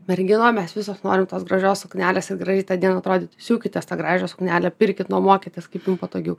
merginom mes visos norim tos gražios suknelės ir gražiai tą dieną atrodyti siūkitės tą gražią suknelę pirkit nuomokitės kaip jum patogiau